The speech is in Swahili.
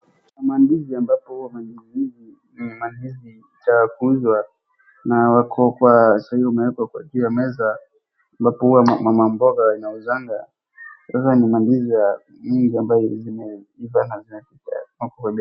Mandizi ambapo mandizi hizi ni mandizi cha kuuzwa, na wako kwa saa hii zimewekwa juu ya meza, ambapo huwa mama mboga anauzanga, sasa ni mandizi ya ndizi ambaye zimeiva na zikaekwa kwenye.